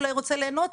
אולי רוצה ליהנות,